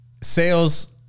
sales